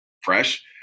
fresh